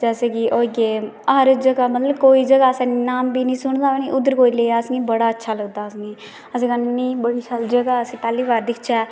ते होइये मतलब हर जगह जियां इक्क जगह ते उद्धर कोई लेई जाये नी ते असेंगी बड़ा अच्छा लगदा सुनियै ते अस नेईं अस बड़ी शैल जगहा दिक्खचै